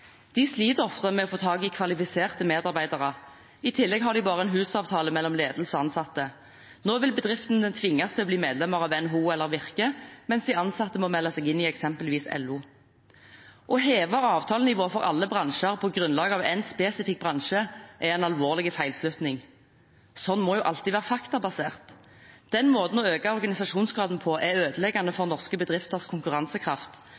De sliter ofte med å få tak i kvalifiserte medarbeidere. I tillegg har de bare en husavtale, mellom ledelse og ansatte. Nå vil bedriftene tvinges til å bli medlem av NHO eller Virke, mens de ansatte må melde seg inn i eksempelvis LO. Å heve avtalenivået for alle bransjer på grunn av én spesifikk bransje er en alvorlig feilslutning. Slikt må alltid være faktabasert. Den måten å øke organisasjonsgraden på er ødeleggende for norske bedrifters konkurransekraft.